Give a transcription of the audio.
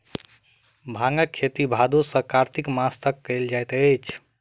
भांगक खेती भादो सॅ कार्तिक मास तक कयल जाइत अछि